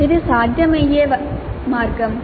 ఇది సాధ్యమయ్యే మార్గం